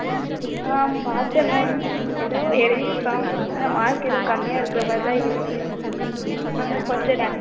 ஆ பார்த்தேன் மேம் ஏதோ எழுதியிருக்கான் ஆனால் மார்க்கு ஏதோ கம்மியாக இருக்குற மாதிரி தான் இருக்குது ஆனால் கொஞ்சம்